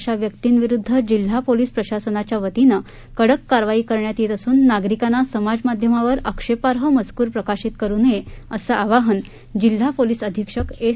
अशा व्यक्ती विरुद्ध जिल्हा पोलीस प्रशासनाच्या वतीने कडक कारवाई करण्यात येत असुन नागरिकांना समाज माध्यमावर आक्षेपार्ह मजकूर प्रकाशित करु नये असे आवाहन जिल्हा पोलीस अधीक्षक एस